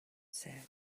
said